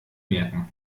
merken